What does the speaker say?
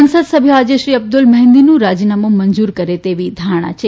સંસદસભ્યો આજે શ્રી અબ્દુલમહેંદીનું રાજીનામું મંજૂર કરે તેવી ધારણા છે